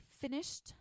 finished